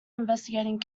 investigating